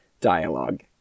dialogue